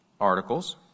articles